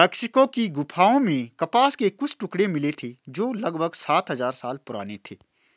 Mexico की गुफाओं में कपास के कुछ टुकड़े मिले थे जो लगभग सात हजार साल पुराने थे